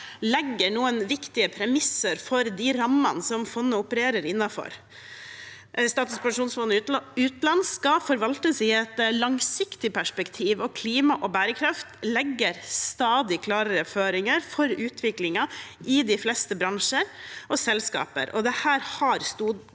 legger noen viktige premisser for de rammene som fondet opererer innenfor. Statens pensjonsfond utland skal forvaltes i et langsiktig perspektiv. Klima og bærekraft legger stadig klarere føringer for utviklingen i de fleste bransjer og selskaper, og dette har stor